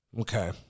Okay